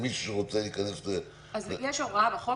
מישהו שרוצה להיכנס --- יש הוראה בחוק